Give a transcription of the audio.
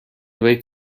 vaid